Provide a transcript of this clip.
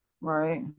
Right